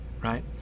right